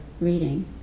reading